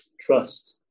trust